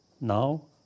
now